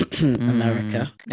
America